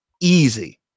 Easy